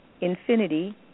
infinity